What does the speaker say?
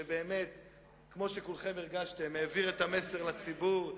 שכמו שכולכם הרגשתם העביר את המסר לציבור,